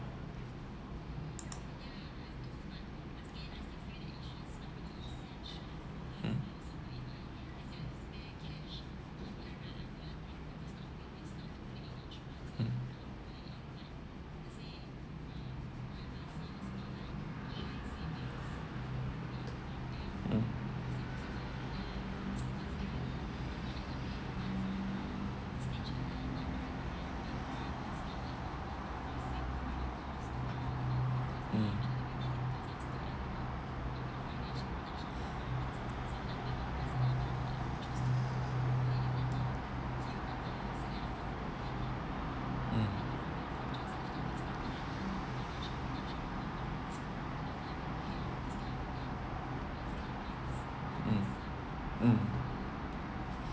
mm mm mm mm mm mm mm